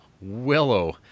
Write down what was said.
Willow